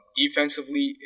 Defensively